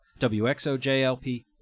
WXOJLP